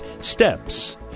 Steps